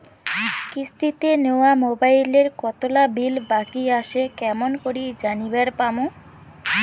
কিস্তিতে নেওয়া মোবাইলের কতোলা বিল বাকি আসে কেমন করি জানিবার পামু?